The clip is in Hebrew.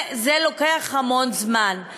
זה לוקח המון זמן.